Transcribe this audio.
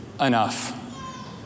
enough